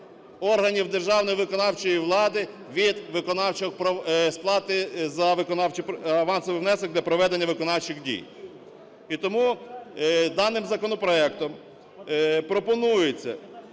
органів державної виконавчої влади від сплати за... авансовий внесок для проведення виконавчих дій. І тому даним законопроектом пропонується,